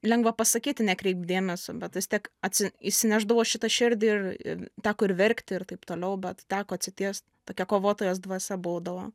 lengva pasakyti nekreipk dėmesio bet vis tiek atsi įsinešdavau aš į tą širdį ir teko ir verkti ir taip toliau bet teko atsitiest tokia kovotojos dvasia baudavo